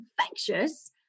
infectious